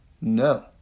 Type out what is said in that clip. No